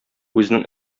үзенең